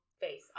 face